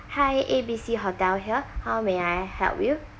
hi A B C hotel here how may I help you